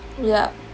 yup